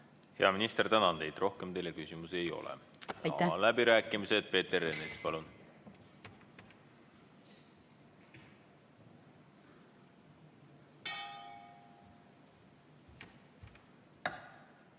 Hea minister, tänan teid! Rohkem teile küsimusi ei ole. Avan läbirääkimised. Peeter Ernits, palun! Hea